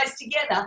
together